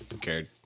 cared